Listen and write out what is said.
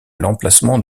l’emplacement